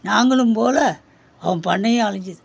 நாங்களும் போகல அவன் பண்ணையும் அழிஞ்சிது